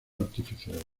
artificiales